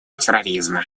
терроризма